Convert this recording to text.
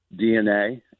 DNA